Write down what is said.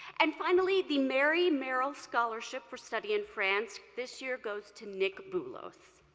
and finally, the mary merrill scholarship for study in france this year goes to nick boulos.